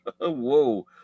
Whoa